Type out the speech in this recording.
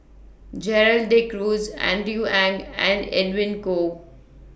Gerald De Cruz Andrew Ang and Edwin Koo